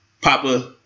Papa